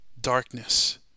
darkness